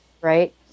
Right